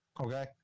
Okay